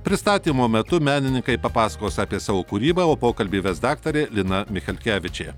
pristatymo metu menininkai papasakos apie savo kūrybą o pokalbį ves daktarė lina michelkevičė